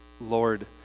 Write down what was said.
Lord